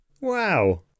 Wow